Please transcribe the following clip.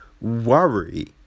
worry